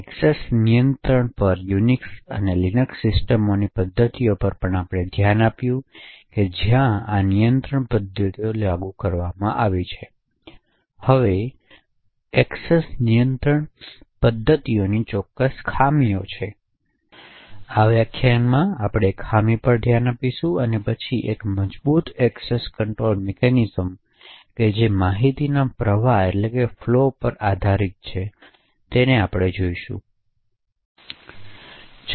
access નિયંત્રણ પર Unix Linux સિસ્ટમોની પદ્ધતિઓ પર પણ ધ્યાન આપ્યું જ્યાં આ નિયંત્રણ પદ્ધતિઓ લાગુ કરવામાં આવી છે હવે વપરાશ નિયંત્રણ પદ્ધતિઓની ચોક્કસ ખામીઓ છે આ વ્યાખ્યાનમાં આપણે એ ખામી પર ધ્યાન આપીશું અને પછી એક મજબૂત એક્સેસ કંટ્રોલ મિકેનિઝમ પર કે જે માહિતીના પ્રવાહ પર આધારિત છે તેથી આપણે આ વ્યાખ્યાનને ખામીઓ વિષે શરૂ કરીએ છીએ